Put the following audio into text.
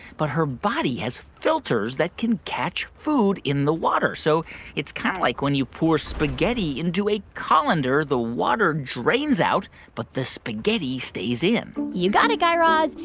but her body has filters that can catch food in the water. so it's kind of like when you pour spaghetti into a colander, the water drains out but the spaghetti stays in you got it, guy raz.